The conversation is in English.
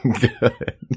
good